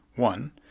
One